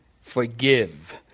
forgive